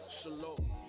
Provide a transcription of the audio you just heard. Shalom